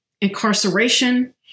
incarceration